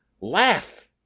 laugh